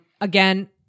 Again